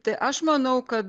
tai aš manau kad